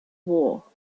war